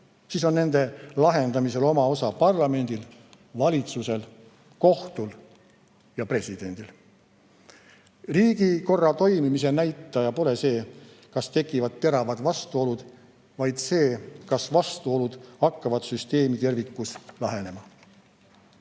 siis on nende lahendamisel oma osa parlamendil, valitsusel, kohtul ja presidendil. Riigikorra toimimise näitaja pole see, kas tekivad teravad vastuolud, vaid see, kas vastuolud hakkavad süsteemi tervikus lahenema.